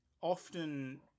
often